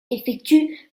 effectue